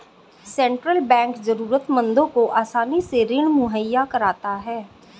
central Bank जरूरतमंदों को आसानी से ऋण मुहैय्या कराता है